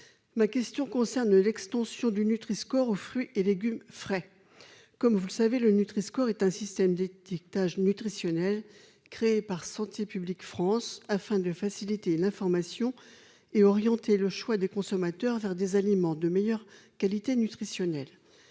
ma question concerne l'extension du nutriscore aux fruits et légumes frais, comme vous le savez le Nutri score est un système d'étiquetage nutritionnel créée par Santé publique France afin de faciliter l'information et orienté le choix des consommateurs vers des aliments de meilleure qualité nutritionnelle,